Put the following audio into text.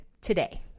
today